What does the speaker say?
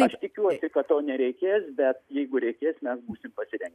aš tikiuosi kad to nereikės bet jeigu reikės mes būsim pasirengę